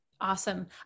Awesome